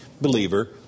believer